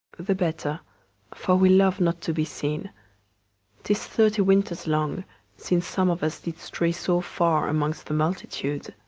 the better for we love not to be seen tis thirty winters long since some of us did stray so far amongst the multitude.